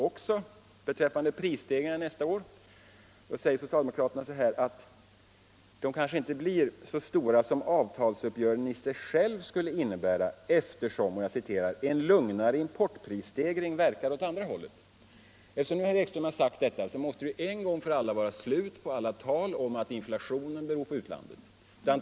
Reservanterna säger där att prisstegringarna nästa år kanske inte blir så stora som avtalsuppgörelsen i sig skulle innebära då en ”lugnare importprisstegring verkar --- åt andra hållet”. Eftersom herr Ekström har varit med om att skriva detta måste det en gång för alla vara slut på talet om att inflationen beror på utlandet.